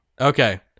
Okay